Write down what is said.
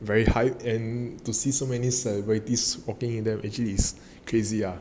very hype and to see so many celebrities popping with them is actually crazy ah